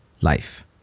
life